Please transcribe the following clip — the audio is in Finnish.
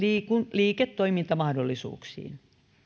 liiketoimintamahdollisuuksiin